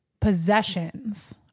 possessions